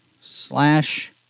slash